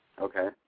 Okay